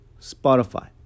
Spotify